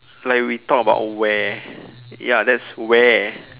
like we talked about where ya that's where